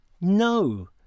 no